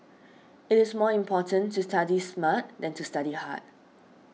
it is more important to study smart than to study hard